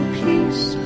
peace